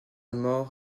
mort